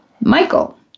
Michael